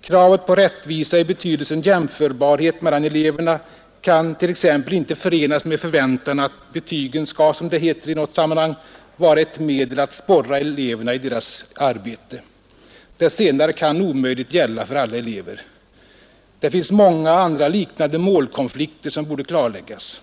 Kravet på rättvisa i betydelsen jämförbarhet mellan eleverna kan t.ex. inte förenas med förväntan att betygen skall, som det heter i något sammanhang, vara ”ett medel att sporra eleverna i deras arbete”. Detta senare kan omöjligt gälla för alla elever. Det finns många andra liknande målkonflikter, som borde klarläggas.